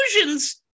illusions